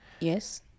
Yes